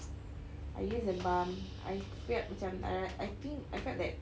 I used the balm I feel like macam err I think I felt that